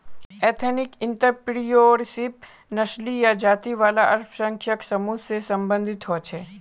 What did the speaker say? ethnic entrepreneurship नस्ली या जाती वाला अल्पसंख्यक समूह से सम्बंधित होछे